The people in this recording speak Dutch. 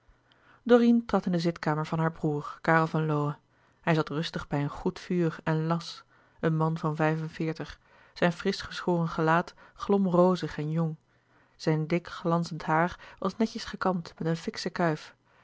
dorine trad in de zitkamer van haar broêr karel van lowe hij zat rustig bij een goed vuur en las een man van vijf-en-veertig zijn frisch geschoren gelaat glom rozig en jong zijn dik glanzend haar was netjes gekamd met een fikschen kuif